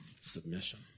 submission